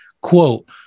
quote